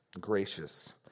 gracious